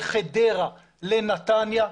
לחדרה, לנתניה.